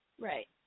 Right